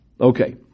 Okay